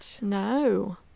No